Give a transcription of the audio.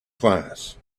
class